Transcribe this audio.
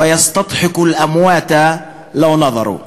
הצדק עלי אדמות היה גורם לשֵׁדִים לבכות אילו היה ביכולתם לשמוע,